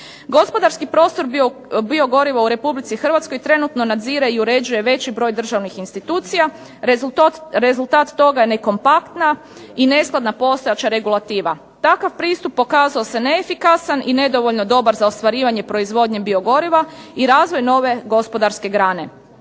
Gospodarski prostor biogorivo u Republici Hrvatskoj trenutno nadzire i uređuje veći broj državnih institucija. Rezultat toga je nekompaktna i neskladna postojeća regulativa. Takav pristup pokazao se neefikasan i nedovoljno dobar za ostvarivanje proizvodnje biogoriva i razvoj nove gospodarske grane.